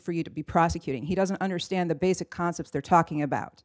for you to be prosecuting he doesn't understand the basic concepts they're talking about